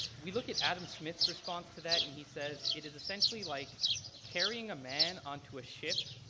we look at adam smith's response to that and he says, it is essentially like carrying a man onto a ship,